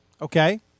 Okay